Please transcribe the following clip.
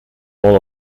all